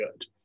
good